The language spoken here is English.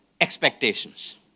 expectations